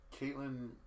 Caitlin